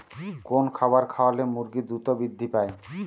কোন খাবার খাওয়ালে মুরগি দ্রুত বৃদ্ধি পায়?